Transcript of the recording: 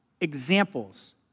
examples